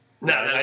No